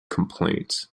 complaints